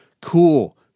cool